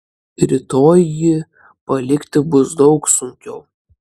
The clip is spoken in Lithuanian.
rytoj jį palikti bus daug sunkiau